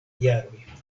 jaroj